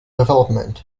development